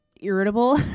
irritable